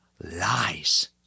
lies